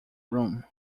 room